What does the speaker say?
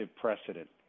precedent